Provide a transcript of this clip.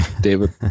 david